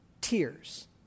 tears